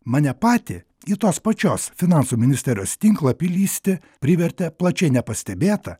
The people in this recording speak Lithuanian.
mane patį į tos pačios finansų ministerijos tinklapį lįsti privertė plačiai nepastebėta